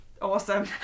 Awesome